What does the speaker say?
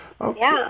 okay